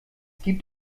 gibt